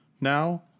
Now